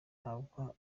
ntabwo